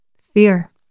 fear